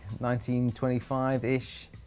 1925-ish